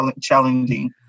challenging